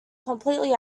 completely